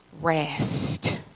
rest